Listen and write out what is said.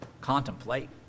contemplate